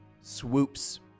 swoops